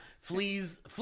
Flea's